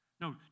No